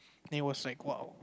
then it was like !wow!